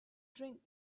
drink